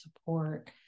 support